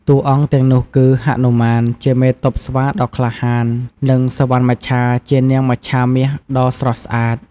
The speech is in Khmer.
តួអង្គទាំងនោះគឺ ហនុមាន ជាមេទ័ពស្វាដ៏ក្លាហាន និង សុវណ្ណមច្ឆា ជានាងមច្ឆាមាសដ៏ស្រស់ស្អាត។